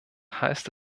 heißt